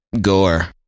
gore